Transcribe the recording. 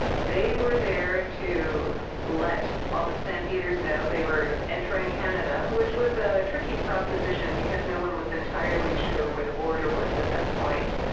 they were there to let all the stampeders know they were entering canada which was a tricky proposition because no one was entirely sure where the border was at that point.